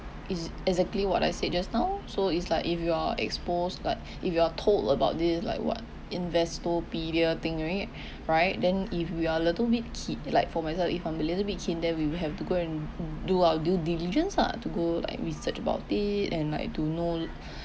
it's exactly what I said just now so it's like if you are exposed like if you are told about this like what investopedia thing right right then if we are a little bit ki~ like for myself if I'm a little bit keen then we will have to go and do our due diligence ah to go like research about it and like to know